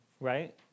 right